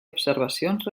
observacions